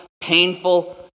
painful